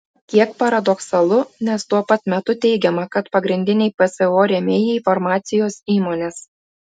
kiek paradoksalu nes tuo pat metu teigiama kad pagrindiniai pso rėmėjai farmacijos įmonės